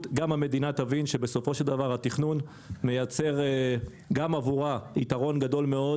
גם המדינה תבין שבסופו של דבר התכנון מייצר גם עבורה יתרון גדול מאוד